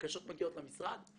הבקשות מגיעות למשרד,